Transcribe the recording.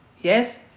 Yes